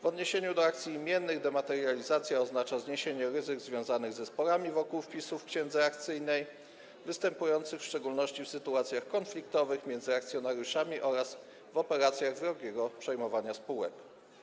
W odniesieniu do akcji imiennych dematerializacja oznacza zniesienie ryzyk związanych ze sporami wokół wpisów w księdze akcyjnej występujących w szczególności w sytuacjach konfliktowych między akcjonariuszami oraz w operacjach wrogiego przejmowania spółek.